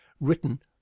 written